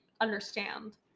understand